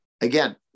again